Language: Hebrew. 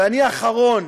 ואני האחרון